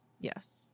yes